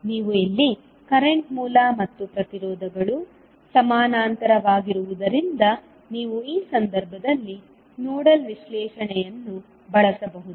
ನೀವು ಇಲ್ಲಿ ಕರೆಂಟ್ ಮೂಲ ಮತ್ತು ಪ್ರತಿರೋಧಗಳು ಸಮಾನಾಂತರವಾಗಿರುವುದರಿಂದ ನೀವು ಈ ಸಂದರ್ಭದಲ್ಲಿ ನೋಡಲ್ ವಿಶ್ಲೇಷಣೆಯನ್ನು ಬಳಸಬಹುದು